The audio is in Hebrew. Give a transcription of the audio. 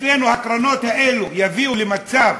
הקרנות האלה יביאו למצב